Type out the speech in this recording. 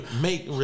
make